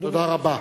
אדוני,